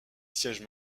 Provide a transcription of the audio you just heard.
siège